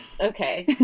Okay